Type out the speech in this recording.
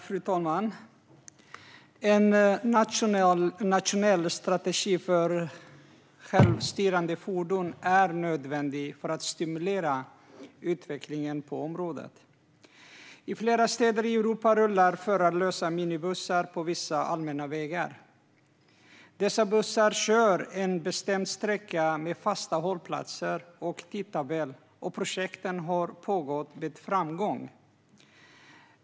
Fru talman! En nationell strategi för självstyrande fordon är nödvändig för att stimulera utvecklingen på området. I flera städer i Europa rullar förarlösa minibussar på vissa allmänna vägar. Dessa bussar kör en bestämd sträcka med fasta hållplatser och tidtabeller, och projekten har pågått med framgång.